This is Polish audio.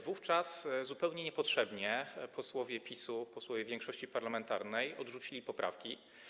Wówczas zupełnie niepotrzebnie posłowie PiS-u, posłowie większości parlamentarnej odrzucili poprawki.